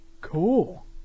cool